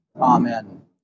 Amen